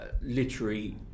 literary